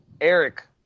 Eric